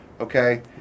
Okay